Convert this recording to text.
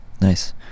Nice